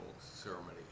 ceremony